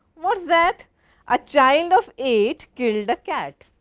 what is that a child of eight killed a cat.